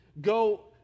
Go